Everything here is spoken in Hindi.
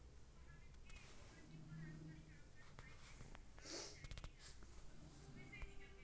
ड्रिप सिंचाई क्या होती हैं?